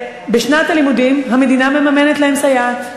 בשנת הלימודים המדינה מממנת להן סייעת.